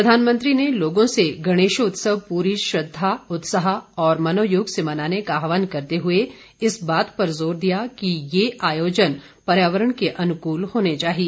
प्रधानमंत्री ने लोगों से गणेशोत्सव पूरी श्रद्वा उत्साह और मनोयोग से मनाने का आहवान करते हुए इस बात पर जोर दिया कि यह आयोजन पर्यावरण के अनुकूल होने चाहिए